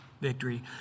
victory